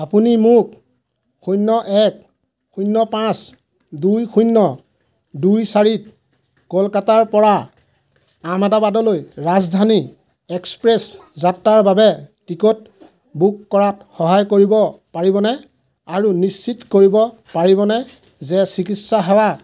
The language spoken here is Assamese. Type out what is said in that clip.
আপুনি মোক শূন্য এক শূন্য পাঁচ দুই শূন্য দুই চাৰিত কলকাতাৰ পৰা আহমেদাবাদলৈ ৰাজধানী এক্সপ্ৰেছ যাত্ৰাৰ বাবে টিকট বুক কৰাত সহায় কৰিব পাৰিবনে আৰু নিশ্চিত কৰিব পাৰিবনে যে চিকিৎসা সেৱা